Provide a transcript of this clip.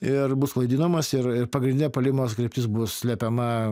ir bus klaidinamas ir ir pagrindinė puolimo kryptis bus slepiama